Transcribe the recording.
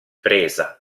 presa